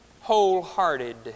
wholehearted